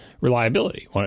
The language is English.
reliability